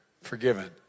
Forgiven